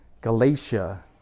Galatia